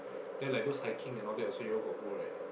then like those hiking and all that also yall got go right